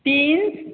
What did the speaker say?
beans